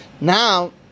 now